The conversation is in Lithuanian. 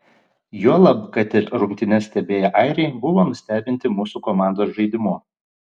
juolab kad ir rungtynes stebėję airiai buvo nustebinti mūsų komandos žaidimu